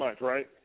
right